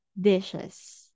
dishes